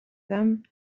them